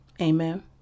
Amen